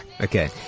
Okay